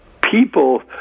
people